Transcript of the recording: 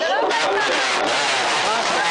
"מאיר: